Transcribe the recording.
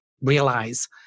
realize